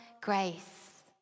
grace